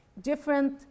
different